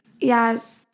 Yes